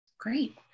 Great